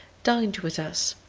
dined with us.